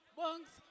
bunks